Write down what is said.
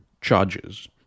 charges